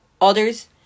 others